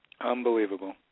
Unbelievable